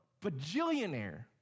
bajillionaire